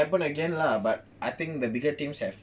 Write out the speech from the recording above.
can happen again lah but I think the bigger teams have